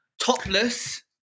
topless